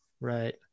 Right